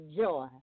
joy